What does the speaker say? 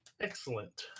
excellent